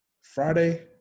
Friday